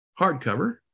hardcover